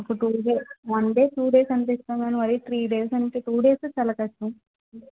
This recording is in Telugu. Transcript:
ఒక two one day two days అంటే ఇస్తాం కానీ మరి త్రీ డేస్ అంటే టూ డేసే చాలా కష్టం